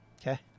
okay